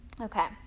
Okay